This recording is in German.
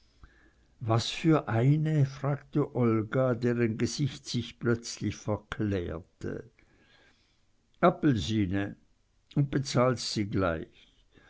was für eine fragte olga deren gesicht sich plötzlich verklärte appelsine un bezahlst sie gleich